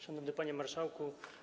Szanowny Panie Marszałku!